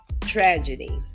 tragedy